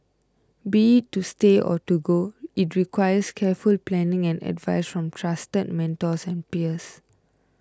be it to stay or to go it requires careful planning and advice from trusted mentors and peers